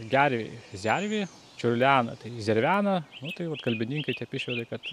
gervė zervė čiurlena tai zervena nu tai vat kalbininkai teip išvedė kad